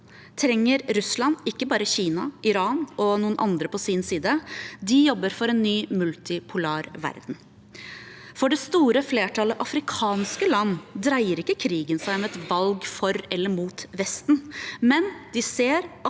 trenger Russland ikke bare Kina, Iran og noen andre på sin side, de jobber for en ny multipolar verden. For det store flertallet av afrikanske land dreier ikke krigen seg om et valg for eller mot Vesten, men de ser at